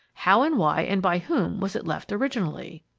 how and why and by whom was it left originally?